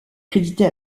créditée